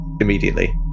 immediately